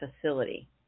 facility